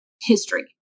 history